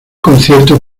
concierto